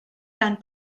gan